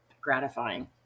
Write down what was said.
gratifying